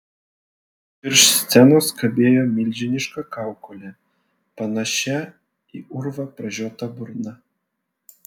virš scenos kabėjo milžiniška kaukolė panašia į urvą pražiota burna